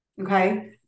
Okay